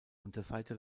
unterseite